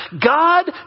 God